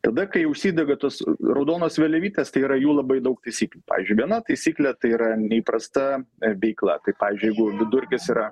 tada kai užsidega tos raudonos vėliavytės tai yra jų labai daug taisyklių pavyzdžiui viena taisyklė tai yra neįprasta veikla tai pavyzdžiui jeigu vidurkis yra